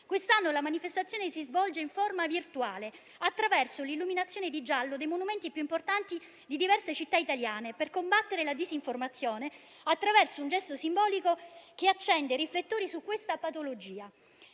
quest'anno la manifestazione si svolge in forma virtuale attraverso l'illuminazione di giallo dei monumenti più importanti di diverse città italiane per combattere la disinformazione attraverso un gesto simbolico che accende i riflettori su questa patologia.